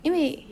因为